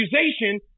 accusation